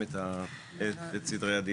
אם הרשות המקומית חושבת שבאזור יש לה עוד בית ספר,